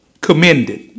commended